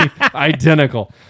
identical